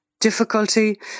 difficulty